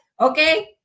Okay